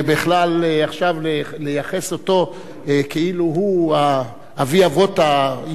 לייחס אותו כאילו הוא אבי אבות היהודים,